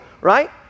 right